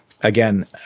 again